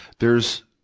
there's,